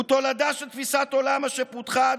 הוא תולדה של תפיסת עולם אשר פותחה עד